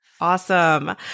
Awesome